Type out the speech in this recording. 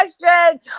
question